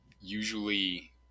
usually